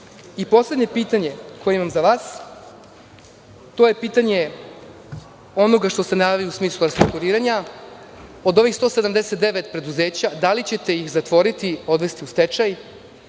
ministra. Poslednje pitanje koje imam za vas je pitanje onoga što ste najavili u smislu restrukturiranja. Od ovih 179 preduzeća, da li ćete ih zatvoriti, odvesti u stečaj.